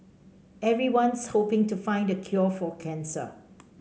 everyone's hoping to find the cure for cancer